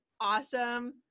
awesome